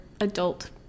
adult